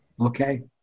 Okay